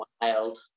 wild